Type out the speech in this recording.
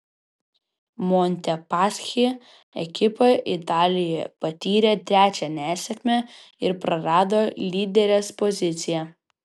montepaschi ekipa italijoje patyrė trečią nesėkmę ir prarado lyderės poziciją